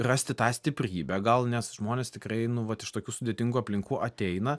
rasti tą stiprybę gal nes žmonės tikrai nu vat iš tokių sudėtingų aplinkų ateina